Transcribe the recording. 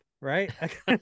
right